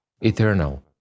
eternal